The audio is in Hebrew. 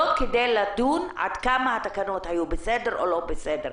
לא כדי לדון עד כמה התקנות היו בסדר או לא בסדר.